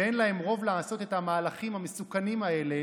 ואין להם רוב לעשות את המהלכים המסוכנים האלה.